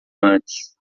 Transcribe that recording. antes